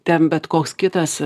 ten bet koks kitas